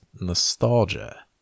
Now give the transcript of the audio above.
nostalgia